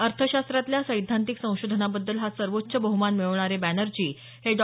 अर्थशास्त्रातल्या सैद्धांतिक संशोधनाबद्दल हा सर्वोच्च बहुमान मिळवणारे बॅनर्जी हे डॉ